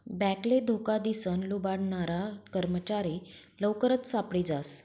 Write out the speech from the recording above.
बॅकले धोका दिसन लुबाडनारा कर्मचारी लवकरच सापडी जास